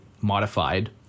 modified